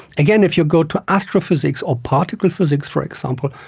again, if you go to astrophysics or particle physics, for example,